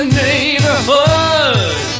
neighborhood